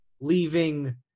leaving –